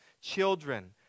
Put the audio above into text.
children